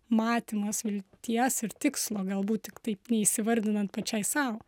matymas vilties ir tikslo galbūt tik taip neįsivardinant pačiai sau